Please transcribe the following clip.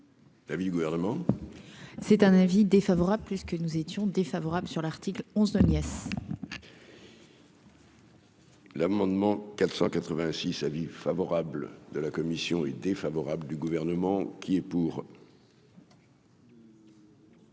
Oui, le gouvernement, c'est un avis défavorable, puisque nous étions défavorables sur l'article 11 nièce. L'amendement 486 avis favorable de la commission est défavorable du gouvernement qui est pour.